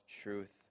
truth